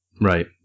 Right